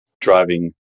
driving